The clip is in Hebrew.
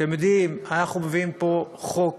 אתם יודעים, אנחנו מביאים פה חוק